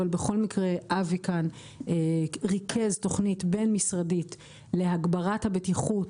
אבל בכל מקרה אבי כאן ריכז תוכנית בין-משרדית להגברת הבטיחות